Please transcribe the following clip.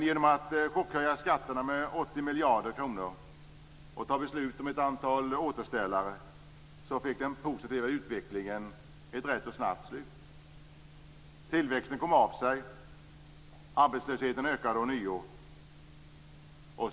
Genom att chockhöja skatterna med 80 miljarder kronor och fatta beslut om ett antal återställare, fick den positiva utvecklingen ett rätt snabbt slut. Tillväxten kom av sig. Arbetslösheten ökade ånyo.